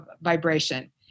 vibration